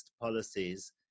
policies